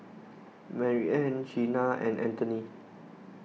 Mariann Chyna and Anthoney